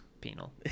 Penal